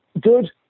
good